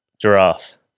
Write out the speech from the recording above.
Giraffe